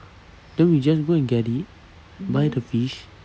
then we just go and get it buy the fish